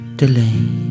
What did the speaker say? delay